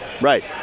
Right